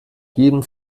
jedem